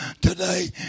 today